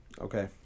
Okay